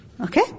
Okay